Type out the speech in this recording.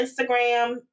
Instagram